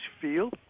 feel